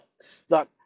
stuck